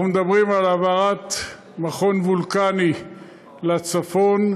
אנחנו מדברים על העברת מכון וולקני לצפון,